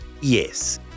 yes